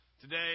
Today